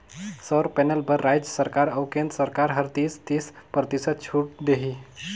सउर पैनल बर रायज सरकार अउ केन्द्र सरकार हर तीस, तीस परतिसत छूत देही